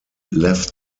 left